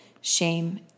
Shame